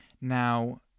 now